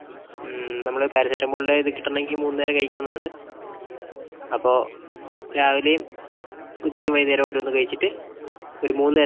നമ്മൾ പാരസെറ്റമോളിൻ്റെ ഇത് കിട്ടണമെങ്കിൽ മൂന്ന് നേരം കഴിക്കണം എന്നാണ് അപ്പോൾ രാവിലെയും ഉച്ചയ്ക്കും വൈകുന്നേരവും ഓരോന്ന് കഴിച്ചിട്ട് ഒരു മൂന്ന് നേരം കഴിക്കുക